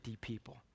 people